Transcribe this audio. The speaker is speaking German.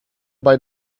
bei